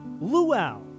Luau